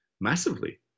massively